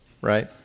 right